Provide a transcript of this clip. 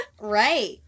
right